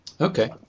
okay